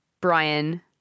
Brian